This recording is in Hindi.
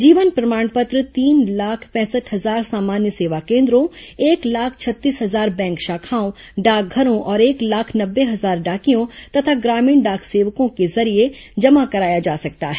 जीवन प्रमाण पत्र तीन लाख पैंसठ हजार सामान्य सेवा केंद्रों एक लाख छत्तीस हजार बैंक शाखाओं डाकघरों और एक लाख नब्बे हजार डाकियों तथा ग्रामीण डाक सेवकों के जरिए जमा कराया जा सकता है